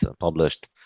published